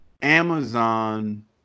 Amazon